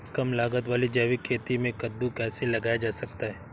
कम लागत वाली जैविक खेती में कद्दू कैसे लगाया जा सकता है?